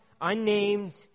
unnamed